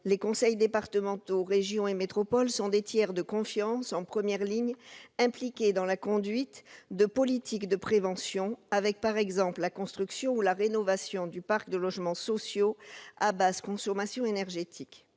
les conseils départementaux, les régions et les métropoles sont des tiers de confiance, en première ligne, impliqués dans la conduite de politiques de prévention avec, par exemple, la construction ou la rénovation du parc de logements sociaux à basse consommation énergétique.